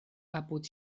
apud